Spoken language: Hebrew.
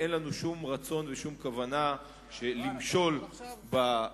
אין לנו שום רצון ושום כוונה למשול בפלסטינים.